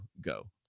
go